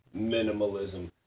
minimalism